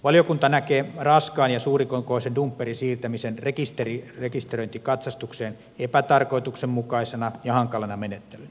valiokunta näkee raskaan ja suurikokoisen dumpperin siirtämisen rekisteröintikatsastukseen epätarkoituksenmukaisena ja hankalana menettely nä